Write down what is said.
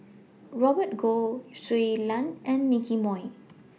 Robert Goh Shui Lan and Nicky Moey